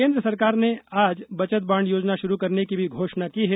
केन्द्र सरकार ने आज बचत बांड योजना शुरू करने की भी घोषणा की है